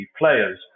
players